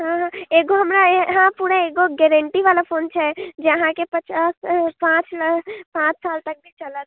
हँ हँ एगो हमरा हँ पूरे एगो गैरेन्टी बला फोन छै जे अहाँकेँ पचास पाँच लऽ पाँच साल तक ले चलत